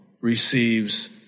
receives